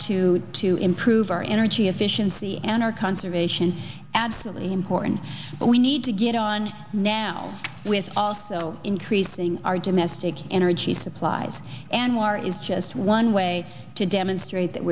to to improve our energy efficiency and our conservation absolutely important but we need to get on now with also increasing our domestic energy supplies and more is just one way to demonstrate that